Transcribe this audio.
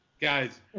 Guys